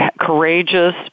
courageous